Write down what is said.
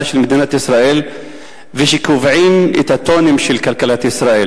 של מדינת ישראל ושקובעים את הטונים של כלכלת ישראל,